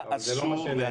זה לא כך.